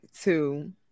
two